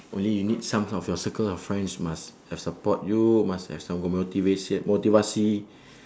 only you need some of your circle of friends must have support you must have some motivation